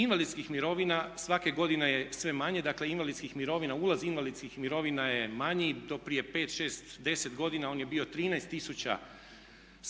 Invalidskih mirovina svake godine je sve manje. Dakle, ulaz invalidskih mirovina je manji. Do prije 5, 6, 10 godina on je bio 13 000